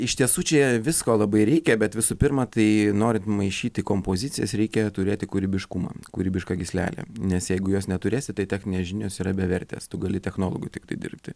iš tiesų čia visko labai reikia bet visų pirma tai norint maišyti kompozicijas reikia turėti kūrybiškumą kūrybišką gyslelę nes jeigu jos neturėsi tai techninės žinios yra bevertės tu gali technologu tiktai dirbti